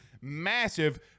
massive